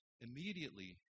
Immediately